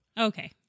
Okay